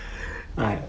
I